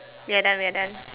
we are done we are done